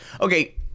okay